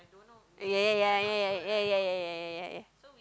ya ya ya ya ya ya ya ya ya